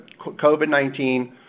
COVID-19